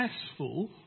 successful